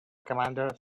commander